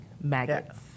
maggots